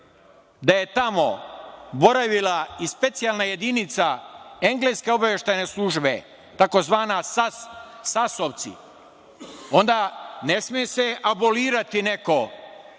da je tamo boravila i specijalna jedinica engleske obaveštajne službe, tzv. SAS, „sasovci“ onda ne sme se abolirati neko